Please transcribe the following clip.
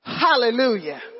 Hallelujah